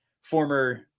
former